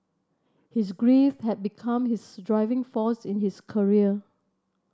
his grief had become his driving force in his career